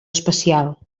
especial